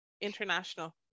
international